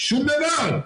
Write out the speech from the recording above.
שום דבר.